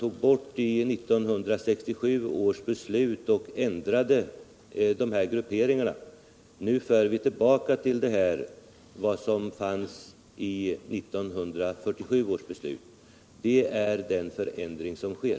I 1967 års beslut tog man bort detta inslag i jordbrukspolitiken. Nu för vi tillbaka vad som fanns i 1947 års beslut. Det är den förändring som sker.